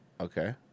Okay